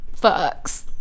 fucks